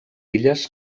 illes